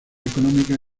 económica